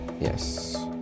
yes